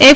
F